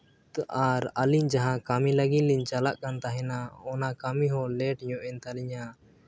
ᱛᱚ ᱟᱨ ᱟᱹᱞᱤᱧ ᱡᱟᱦᱟᱸ ᱠᱟᱹᱢᱤ ᱞᱟᱹᱜᱤᱫ ᱞᱤᱧ ᱪᱟᱞᱟᱜ ᱠᱟᱱ ᱛᱟᱦᱮᱱᱟ ᱚᱱᱟ ᱠᱟᱹᱢᱤ ᱦᱚᱸ ᱞᱮᱹᱴ ᱧᱚᱜ ᱮᱱ ᱛᱟᱹᱞᱤᱧᱟ